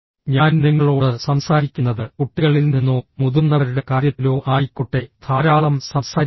ഞാൻ നിങ്ങളോട് സംസാരിക്കുന്നത് കുട്ടികളിൽ നിന്നോ മുതിർന്നവരുടെ കാര്യത്തിലോ ആയിക്കോട്ടെ ധാരാളം സംസാരിക്കുന്നില്ല